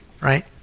right